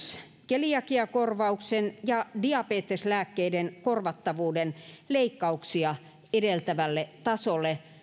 keliakiakorvauksen ja diabeteslääkkeiden korvattavuuden leikkauksia edeltävälle tasolle